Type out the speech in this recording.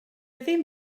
ddim